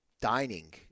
dining